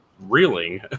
reeling